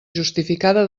justificada